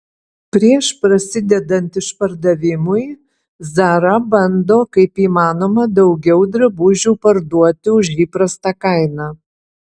prieš prasidedant išpardavimui zara bando kaip įmanoma daugiau drabužių parduoti už įprastą kainą